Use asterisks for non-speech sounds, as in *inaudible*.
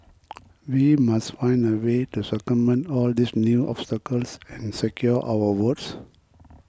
*noise* we must find a way to circumvent all these new obstacles and secure our votes